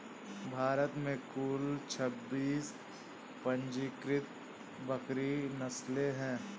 भारत में कुल छब्बीस पंजीकृत बकरी नस्लें हैं